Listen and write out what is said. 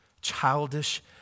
childish